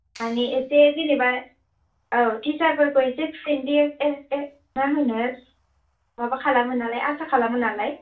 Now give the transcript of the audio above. माने एसे जेनेबा औ टिचारफोरखौ एसे फ्रेन्डलि मा होनो माबा खालामो नालाय आसा खालामो नालाय